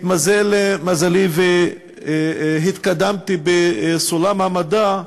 התמזל מזלי והתקדמתי בסולם המדע,